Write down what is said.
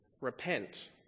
repent